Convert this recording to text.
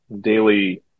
daily